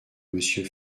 monsieur